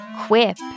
Quip